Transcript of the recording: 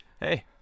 Hey